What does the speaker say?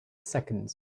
seconds